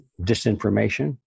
disinformation